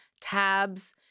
tabs